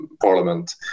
parliament